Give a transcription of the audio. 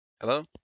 Hello